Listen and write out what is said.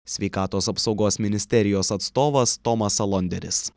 sveikatos apsaugos ministerijos atstovas tomas alonderis